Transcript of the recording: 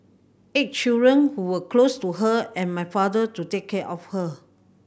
eight children who were close to her and my father to take care of her